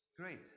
great